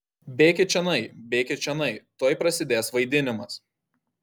bėkit čionai bėkit čionai tuoj prasidės vaidinimas